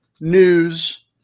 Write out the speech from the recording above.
news